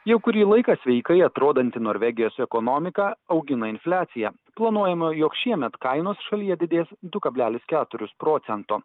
jau kurį laiką sveikai atrodanti norvegijos ekonomika augina infliaciją planuojama jog šiemet kainos šalyje didės du kalblelis keturius procento